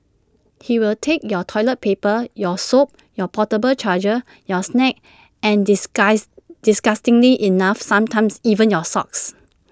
he will take your toilet paper your soap your portable charger your snacks and disguise disgustingly enough sometimes even your socks